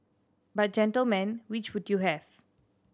but gentlemen which would you have